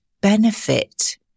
benefit